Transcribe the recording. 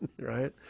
right